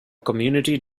community